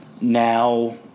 now